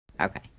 Okay